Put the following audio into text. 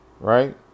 right